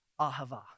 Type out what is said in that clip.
Ahava